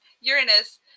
Uranus